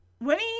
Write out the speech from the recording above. Winnie